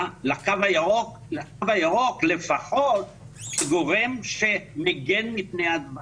לתו הירוק לפחות כגורם שמגן מפני הדבקה.